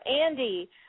Andy